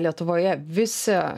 lietuvoje visi